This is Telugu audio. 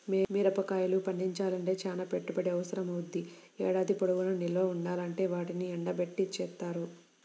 మిరగాయలు పండించాలంటే చానా పెట్టుబడి అవసరమవ్వుద్ది, ఏడాది పొడుగునా నిల్వ ఉండాలంటే వాటిని ఎండబెట్టడం జేత్తారు